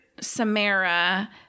Samara